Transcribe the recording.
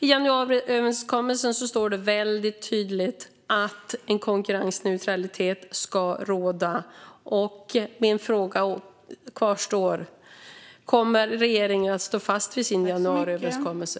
I januariöverenskommelsen står det väldigt tydligt att konkurrensneutralitet ska råda. Min fråga är: Kommer regeringen att stå fast vid sin januariöverenskommelse?